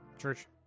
church